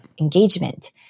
engagement